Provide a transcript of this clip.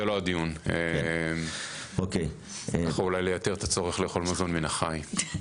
זה לא הדיון ככה אולי לייתר את הצורך לאכול מזון מן החי.